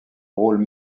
rôle